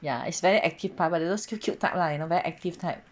ya it's very active puppy you know those cute cute type lah you know very active type